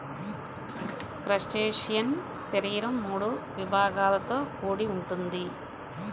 crustacean శరీరం మూడు విభాగాలతో కూడి ఉంటుంది